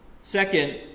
second